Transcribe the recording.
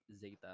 Zeta